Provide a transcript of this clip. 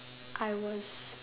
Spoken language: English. I was